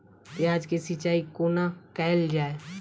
प्याज केँ सिचाई कोना कैल जाए?